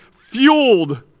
fueled